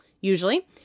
usually